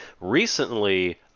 recently